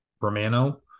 romano